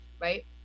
right